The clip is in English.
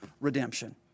redemption